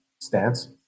stance